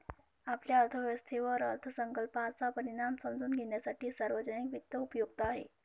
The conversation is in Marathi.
आपल्या अर्थव्यवस्थेवर अर्थसंकल्पाचा परिणाम समजून घेण्यासाठी सार्वजनिक वित्त उपयुक्त आहे